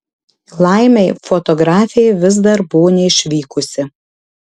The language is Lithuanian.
laimei fotografė vis dar buvo neišvykusi